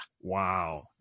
wow